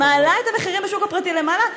מעלה את המחירים בשוק הפרטי למעלה,